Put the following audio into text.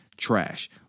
Trash